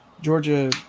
Georgia